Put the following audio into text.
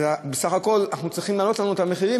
אז בסך הכול צריכים להעלות לנו את המחירים,